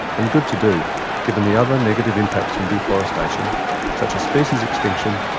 and good to do given the other negative impacts from deforestation such as species extinction,